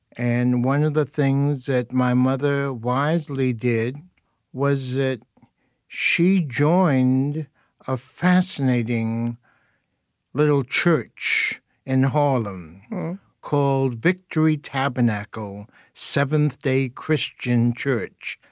and one of the things that my mother wisely did was that she joined a fascinating little church in harlem called victory tabernacle seventh-day christian church.